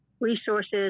resources